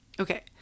okay